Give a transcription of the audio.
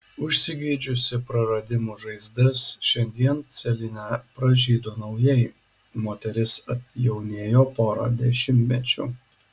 užsigydžiusi praradimų žaizdas šiandien celine pražydo naujai moteris atjaunėjo pora dešimtmečių